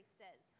says